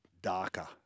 darker